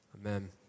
Amen